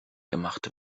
gemacht